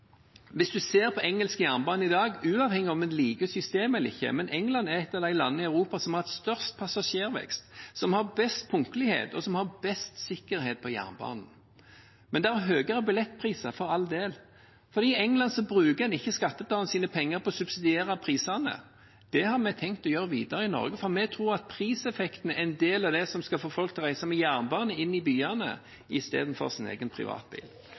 hvis en ser på engelsk jernbane i dag, uavhengig av om en liker systemet eller ikke, er England et av de landene i Europa som har hatt størst passasjervekst, som har best punktlighet, og som har best sikkerhet på jernbanen. Men det er høyere billettpriser – for all del – for i England bruker en ikke skattebetalernes penger på å subsidiere prisene. Det har vi tenkt å gjøre videre i Norge, for vi tror at priseffekten er en del av det som skal få folk til å reise med jernbane inn til byene i stedet for med sin egen privatbil.